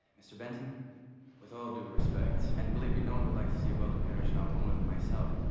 mr. benton with all due respect, and believe me, no one would like to see a weldon parish novel more than myself,